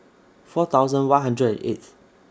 four thousand one hundred and eighth